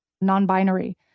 non-binary